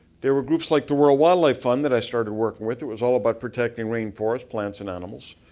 there were groups like the world wildlife fund that i started to work and with, it was all about protecting rain forests, plants and animals.